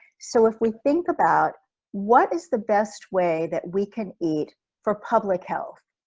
so if we think about what is the best way that we can eat for public health?